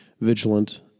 vigilant